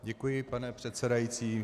Děkuji, pane předsedající.